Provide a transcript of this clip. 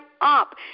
up